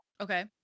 Okay